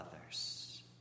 others